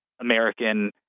American